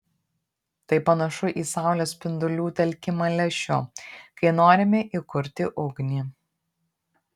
tai panašu į saulės spindulių telkimą lęšiu kai norime įkurti ugnį